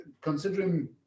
Considering